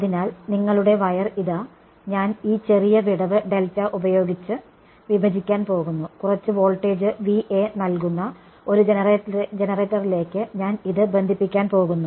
അതിനാൽ നിങ്ങളുടെ വയർ ഇതാ ഞാൻ ഒരു ചെറിയ വിടവ് ഡെൽറ്റ ഉപയോഗിച്ച് വിഭജിക്കാൻ പോകുന്നു കുറച്ച് വോൾട്ടേജ് നൽകുന്ന ഒരു ജനറേറ്ററിലേക്ക് ഞാൻ ഇത് ബന്ധിപ്പിക്കാൻ പോകുന്നു